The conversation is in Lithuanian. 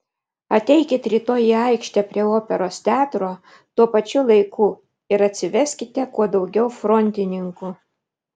ateikit rytoj į aikštę prie operos teatro tuo pačiu laiku ir atsiveskite kuo daugiau frontininkų